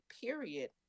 period